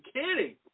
kidding